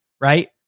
right